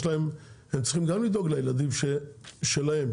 הם צריכים גם לדאוג לילדים שלהם,